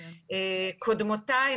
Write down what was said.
קודמותיי,